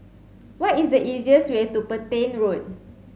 what is the easiest way to Petain Road